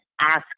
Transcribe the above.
ask